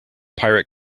pirate